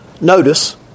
notice